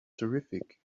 terrific